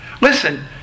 Listen